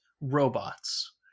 robots